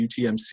UTMC